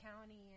County